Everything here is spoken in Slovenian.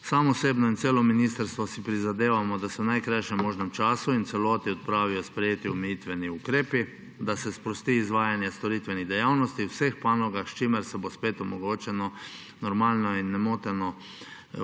Sam osebno in celo ministrstvo si prizadevamo, da se v najkrajšem možnem času in v celoti odpravijo sprejeti omejitveni ukrepi, da se sprosti izvajanje storitvenih dejavnosti v vseh panogah, s čimer bo spet omogočeno normalno in nemoteno